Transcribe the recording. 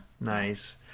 nice